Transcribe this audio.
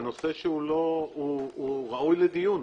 זה נושא שהוא ראוי לדיון,